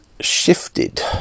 shifted